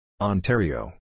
Ontario